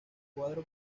cuadro